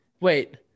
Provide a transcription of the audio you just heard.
wait